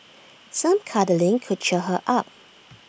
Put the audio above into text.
some cuddling could cheer her up